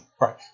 Right